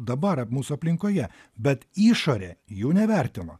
dabar mūsų aplinkoje bet išorė jų nevertino